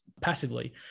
passively